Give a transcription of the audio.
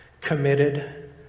committed